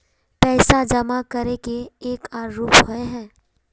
पैसा जमा करे के एक आर रूप होय है?